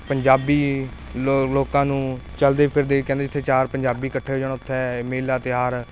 ਪੰਜਾਬੀ ਲੋ ਲੋਕਾਂ ਨੂੰ ਚਲਦੇ ਫਿਰਦੇ ਕਹਿੰਦੇ ਜਿੱਥੇ ਚਾਰ ਪੰਜਾਬੀ ਇਕੱਠੇ ਹੋ ਜਾਣ ਉੱਥੇ ਮੇਲਾ ਤਿਆਰ